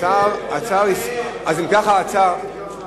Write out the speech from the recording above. אלה שני דברים נפרדים, להסתפק בדברי השר, או הסרה.